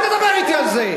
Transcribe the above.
אל תדבר אתי על זה.